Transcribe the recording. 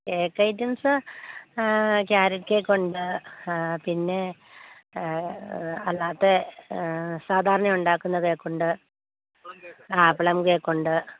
cake items carrot cake ഉണ്ട് പിന്നെ അല്ലാത്ത സാധാരണ ഉണ്ടാക്കുന്ന കേക്ക് ഉണ്ട് ആ പ്ലം കേക്ക് ഉണ്ട്